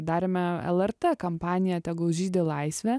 darėme lrt kampaniją tegul žydi laisvė